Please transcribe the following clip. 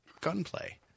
gunplay